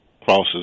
crosses